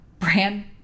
brand